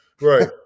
Right